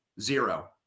Zero